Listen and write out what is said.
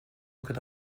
could